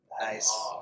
Nice